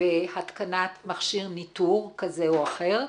בהתקנת מכשיר ניתור כזה או אחר.